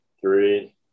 three